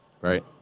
Right